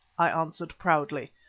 i answered proudly,